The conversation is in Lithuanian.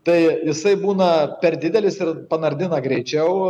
tai jisai būna per didelis ir panardina greičiau